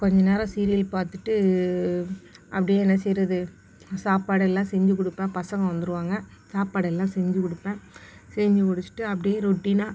கொஞ்சம் நேரம் சீரியல் பார்த்துட்டு அப்படியே என்ன செய்கிறது சாப்பாடெல்லாம் செஞ்சு கொடுப்பேன் பசங்கள் வந்துடுவாங்க சாப்பாடெல்லாம் செஞ்சு கொடுப்பேன் செஞ்சு முடிச்சுட்டு அப்படியே ரொட்டினாக